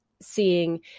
seeing